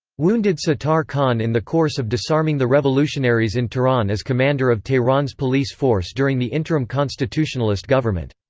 wounded sattar khan in the course of disarming the revolutionaries in tehran as commander of tehran's police force during the interim constitutionalist government.